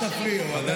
אל תפריעי לו.